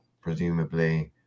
presumably